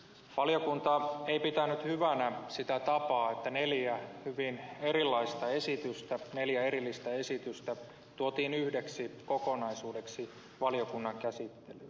valiokunta ei pitänyt hyvänä sitä tapaa että neljä hyvin erilaista esitystä neljä erillistä esitystä tuotiin yhdeksi kokonaisuudeksi valiokunnan käsittelyyn